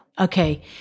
Okay